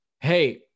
Hey